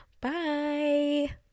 Bye